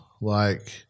like-